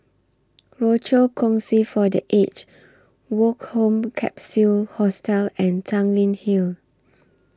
Rochor Kongsi For The Aged Woke Home Capsule Hostel and Tanglin Hill